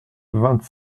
vingt